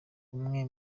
umwe